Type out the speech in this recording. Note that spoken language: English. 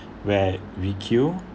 where we kill